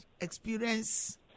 experience